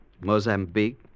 Mozambique